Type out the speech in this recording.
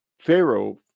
pharaoh